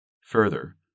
Further